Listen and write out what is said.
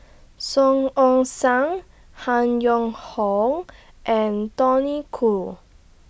Song Ong Siang Han Yong Hong and Tony Khoo